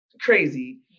crazy